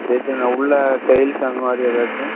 சரி சரிண்ணா உள்ளே டைல்ஸ் அந்தமாதிரி ஏதாச்சும்